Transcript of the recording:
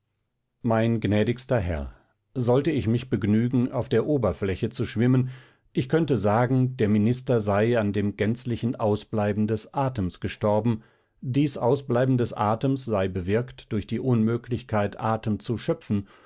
mein gnädigster herr sollte ich mich begnügen auf der oberfläche zu schwimmen ich könnte sagen der minister sei an dem gänzlichen ausbleiben des atems gestorben dies ausbleiben des atems sei bewirkt durch die unmöglichkeit atem zu schöpfen